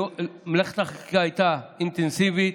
מלאכת החקיקה הייתה אינטנסיבית,